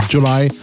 July